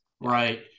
Right